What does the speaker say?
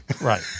Right